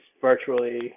virtually